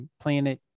planet